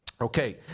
Okay